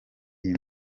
iyi